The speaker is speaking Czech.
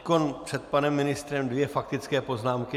Nyní před panem ministrem dvě faktické poznámky.